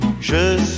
je